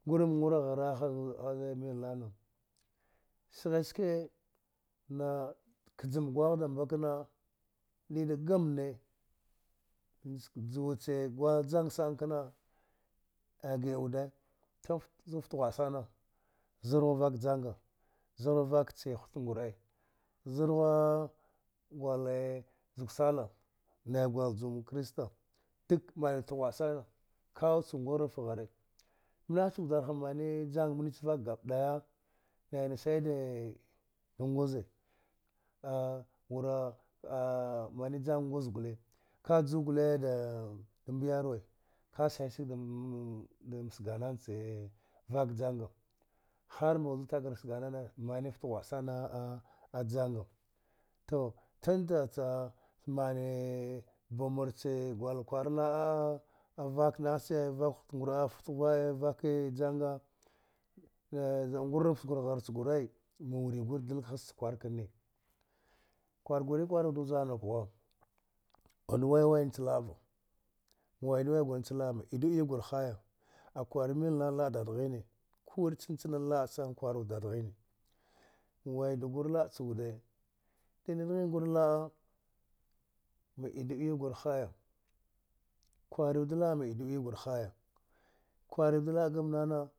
Ngur ma ngura ghare haz milnana sghiski naa kjam gungh dambakna dida gamne nchka juwa ch gwal jang sana kna a gi awude tu zud fta ghwa’a sana zar ghwa vak janga zar ghu vak che hut ngur’e zarghwa gwalee zug sala nai gwa juwam krista dak naif ta ghwia sana kaud cha ngur naf share nah nich vjarha mani jana mnich vak gabbɗaya naina saide a ɗa nguze a wura mani jang nguz gule ka jug ule damb yarwe ka sai sag dam sganana che vak janga har mbaidu takar da sganana manifta ghwa’a sana ajanga tu tanɗa cha manee bamurche gwar kwar la’a avak hut gur a vaki janga za’a ngur naf cha gur ghar cha gure ma wuri gur kwaru wude vjarnuk ghwa a walɗ wai way nach la’a va ma wai du wai gur nach la’a ma idu iya gur haya akwani mil nana la;a dadghine kuwir chan chana la’a zana kwarud ɗaɗghine ma waidu gur la’a chu wude dida nghin gur la’a ma idu iya gur haya kwari wud la’a maidu iya gur haya kwari wud la’a gamnana.